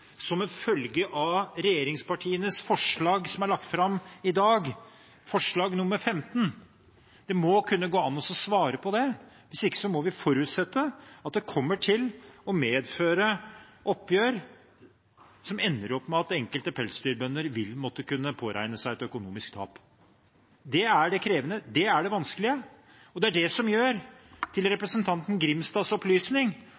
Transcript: som en følge av regjeringspartienes forslag – forslag nr. 15 – som er lagt fram i dag? Det må kunne gå an å svare på det. Hvis ikke må vi forutsette at det kommer til å medføre oppgjør som ender med at enkelte pelsdyrbønder vil måtte påregne økonomisk tap. Det er det krevende. Det er det vanskelige. Det er det som gjør – til